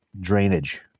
drainage